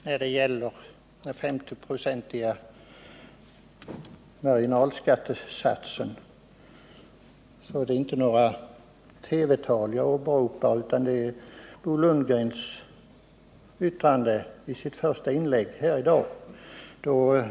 Herr talman! När det gäller den 50-procentiga marginalskattesatsen är det inte några TV-tal jag åberopar, utan det är Bo Lundgrens yttrande i det första inlägget här i dag.